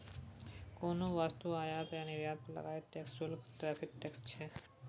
कोनो वस्तुक आयात आ निर्यात पर लागय बला शुल्क टैरिफ टैक्स छै